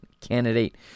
candidate